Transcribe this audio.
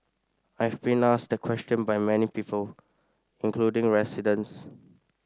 I've been asked that question by many people including residents